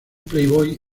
playboy